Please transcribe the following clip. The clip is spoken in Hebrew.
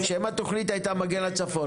שם התוכנית הייתה מגן הצפון.